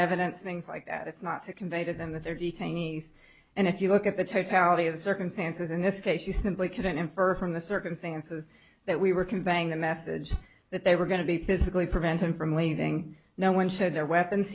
evidence things like that it's not to convey to them that they're detainees and if you look at the totality of circumstances in this case you simply cannot infer from the circumstances that we were conveying the message that they were going to be physically prevent him from leaving no one showed their weapons